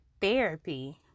therapy